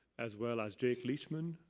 as well as jake leachman.